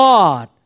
God